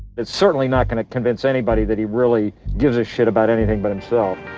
and certainly not going to convince anybody that he really gives a shit about anything but himself.